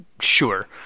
sure